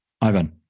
Ivan